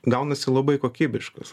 gaunasi labai kokybiškas